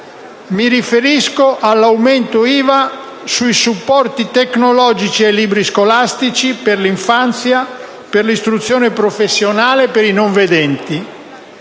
mi riferisco all'aumento dell'IVA su supporti tecnologici e libri scolastici per l'infanzia, per l'istruzione professionale e per i non vedenti.